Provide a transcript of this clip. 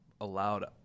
allowed